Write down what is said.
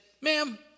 ma'am